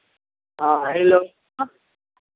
हँ हेलो